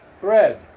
bread